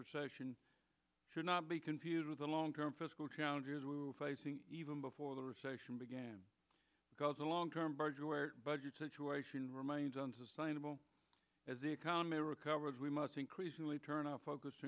recession should not be confused with the long term fiscal challenges we were facing even before the recession began because the long term budget budget situation remains unsustainable as the economy recovers we must increasingly turn our focus